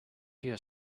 hear